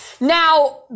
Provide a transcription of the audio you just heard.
now